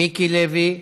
מיקי לוי,